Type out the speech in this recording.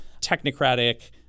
technocratic